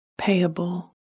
payable